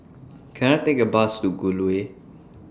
Can I Take A Bus to Gul Way